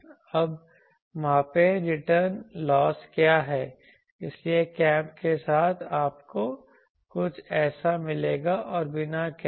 अब मापें return loss क्या है इसलिए कैप के साथ आपको कुछ ऐसा मिलेगा और बिना कैप यह